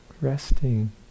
resting